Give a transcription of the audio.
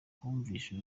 humvikanye